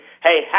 Hey